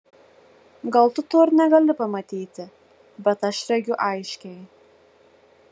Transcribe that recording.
gal tu to ir negali pamatyti bet aš regiu aiškiai